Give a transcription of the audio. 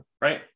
right